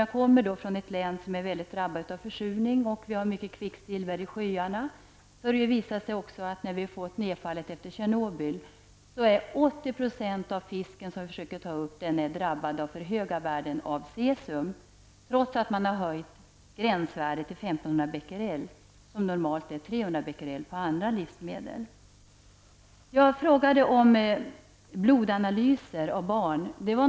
Jag kommer från ett län som är mycket drabbat av försurning, med mycket kvicksilver i sjöarna, och efter nedfallet från Tjernobyl är 80 % av fisken drabbad av för höga värden av cesium, trots att man har höjt gränsvärdet till 1 500 Bq. På andra livsmedel är värdet normalt 300 Bq. Jag frågade om blodanalyser beträffande barn.